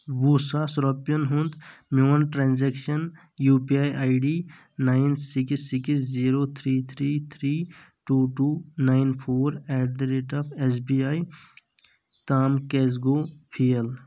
وہ ساس رۄپِیَن ہُنٛد میون transaction U P I I D nine six six zero three three three two two nine four eight the rate of S B I تام کیٛازِ گوٚو فیل ؟